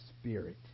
Spirit